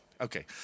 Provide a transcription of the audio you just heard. Okay